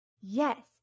Yes